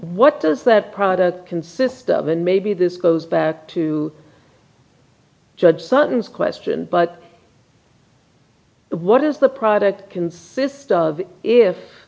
what does that product consist of and maybe this goes back to judge sutton's question but what is the product consist of